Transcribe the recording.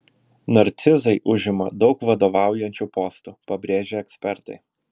narcizai užima daug vadovaujančių postų pabrėžia ekspertai